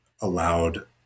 allowed